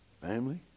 family